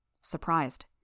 Surprised